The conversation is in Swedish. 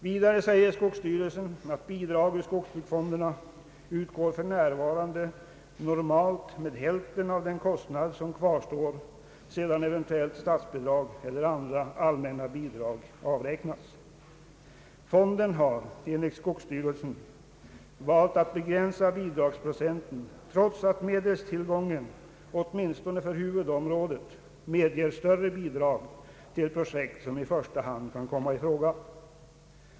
Vidare säger skogsstyrelsen att bidrag ur skogsbruksfonderna för närvarande utgår normalt med hälften av den kostnad som kvarstår sedan eventuellt statsbidrag eller andra allmänna bidrag avräknats. Fonden har, enligt skogsstyrelsen, valt att begränsa bidragsprocenten trots att medelstillgången åtminstone för huvudområdet medger större bidrag till projekt som i första hand kan komma i fråga.